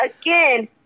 again